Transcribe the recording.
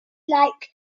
like